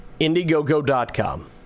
Indiegogo.com